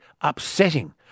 upsetting